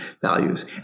values